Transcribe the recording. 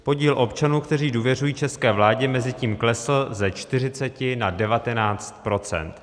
Podíl občanů, kteří důvěřují české vládě, mezitím klesl ze 40 na 19 %.